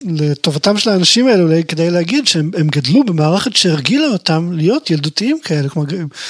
לטובתם של האנשים האלה, אולי כדאי להגיד שהם גדלו במערכת שהרגילה אותם להיות ילדותיים כאלה כמו ג